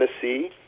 Tennessee